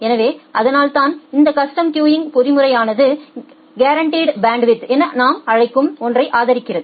எனவே அதனால்தான் இந்த கஸ்டம் கியூங் பொறிமுறையானது கேரன்டிட் பேண்ட்வித் என நாம் அழைக்கும் ஒன்றை ஆதரிக்கிறது